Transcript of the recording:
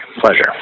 Pleasure